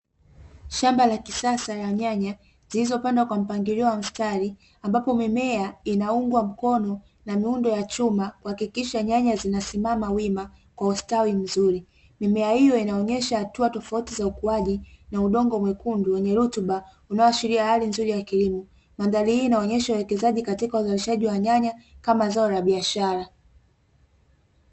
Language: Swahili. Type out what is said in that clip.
Shamba la kisasa la nyanya, zilizopandwa kwa mpangilio wa kimstari, ambapo mimea inaungwa mkono na miundo ya chuma kuhakiksha nyanya zina simama wima kwa ustawi mzuri, mimea hiyo inaonyesha hatua tofauti za ukuaji na udongo mwekundu wenye rutuba unaoashiria hali nzuri ya kilimo. Mandhari hii inaonesha uwekezaji katika uzalishaji wa nyanya kama zao la biashara.